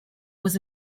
was